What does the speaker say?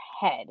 head